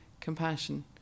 compassion